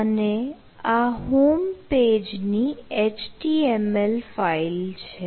અને આ home page ની HTML ફાઈલ છે